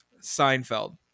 Seinfeld